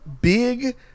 big